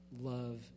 love